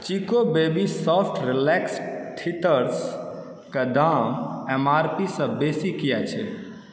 chikoo baby soft relax टीथर्सक दाम M R P सँ बेसी किएक छै